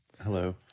Hello